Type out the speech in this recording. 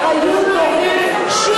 שיש להם אחריות הורית שוויונית.